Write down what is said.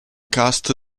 cast